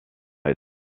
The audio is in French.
est